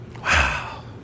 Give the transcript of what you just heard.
Wow